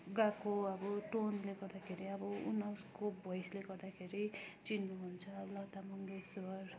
गाएको अब टोनले गर्दाखेरि अब उनी उसको भोइसले गर्दाखेरि चिन्नुहुन्छ लता मङ्गेसकर